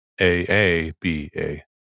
A-A-B-A